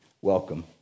Welcome